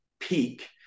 peak